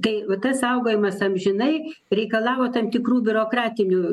tai va tas saugojimas amžinai reikalavo tam tikrų biurokratinių